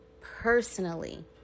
personally